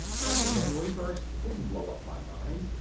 but the memory-burst didn't blow up my mind,